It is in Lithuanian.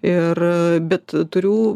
ir bet turiu